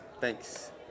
Thanks